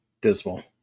dismal